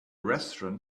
restaurant